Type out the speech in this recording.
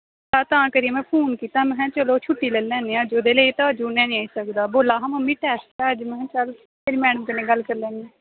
तां करियै मैं फोन कीत्ता महै चलो छुट्टी लेई लैन्ने आं अज्ज उ'दे लेई तां अज उ'ने निं आई सकदा बोल्ला दा हा मम्मी टैस्ट ऐ महै चल तेरी मैडम कन्नै गल्ल करी लैन्नी